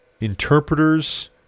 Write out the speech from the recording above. interpreter's